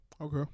okay